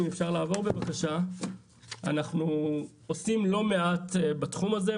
אנחנו עושים לא מעט בתחום הזה,